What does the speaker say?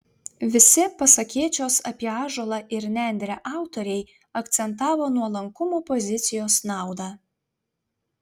visi pasakėčios apie ąžuolą ir nendrę autoriai akcentavo nuolankumo pozicijos naudą